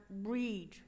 read